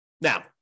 Now